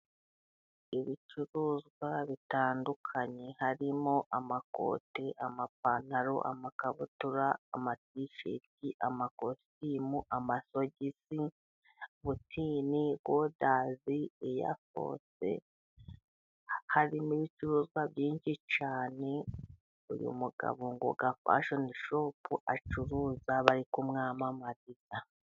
Ibicuruzwa bitandukanye harimo: amakote ,amapantaro ,amakabutura, amatisheti ,amakositimu, amasogisi, butini, godazi, eyafosi harimo ibicuruzwa byinshi cyane ,uyu mugabo Ngoga fashoni shopu acuruza bari kumwamwamariza.